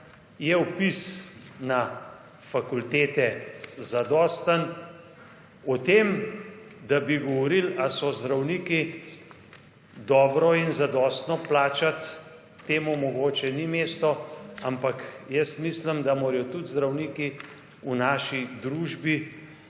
je vpis na fakultete zadosten, o tem, da bi govorili ali so zdravniki dobro in zadostno plačati, temu mogoče ni mesto, ampak jaz mislim, da morajo tudi zdravniki v naši družbi